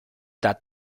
that